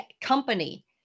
company